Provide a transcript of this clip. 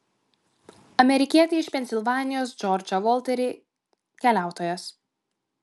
amerikietį iš pensilvanijos džordžą volterį keliautojas